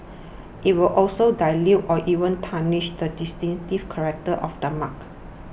it will also dilute or even tarnish the distinctive character of the mark